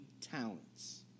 talents